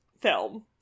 film